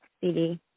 CD